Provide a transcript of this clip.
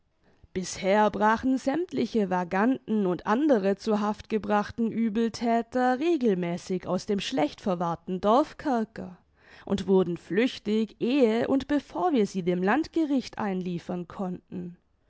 bisher brachen sämmtliche vaganten und andere zur haft gebrachten uebelthäter regelmäßig aus dem schlechtverwahrten dorfkerker und wurden flüchtig ehe und bevor wir sie dem landgericht einliefern konnten